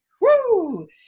Woo